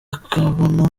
akabona